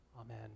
Amen